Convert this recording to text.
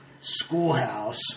schoolhouse